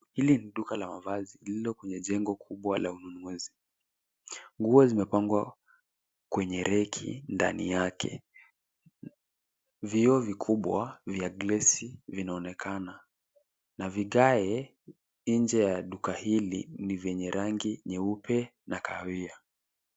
Hili ni duka la mavazi lililo kwenye jengo kubwa la ununuzi. Nguo zimepangwa kwenye reki ndani yake. Vioo vikubwa vya glasi vinaonekana na vigae nje ya duka hili ni venye rangi nyeupe na kahawia.